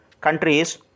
countries